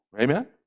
Amen